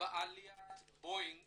בעליית בואינג